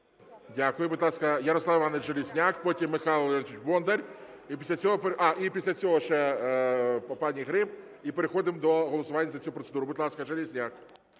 Дякую. Будь ласка, Ярослав Іванович Железняк, потім Михайло Леонтійович Бондар, і після цього ще пані Гриб, і переходимо до голосування за цю процедуру. Будь ласка, Железняк.